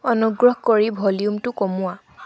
অনুগ্ৰহ কৰি ভলিউমটো কমোৱা